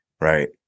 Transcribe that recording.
right